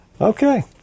Okay